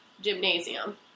gymnasium